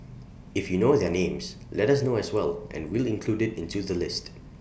if you know their names let us know as well and we'll include IT into the list